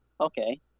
okay